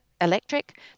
electric